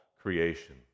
creation